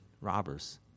robbers